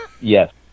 Yes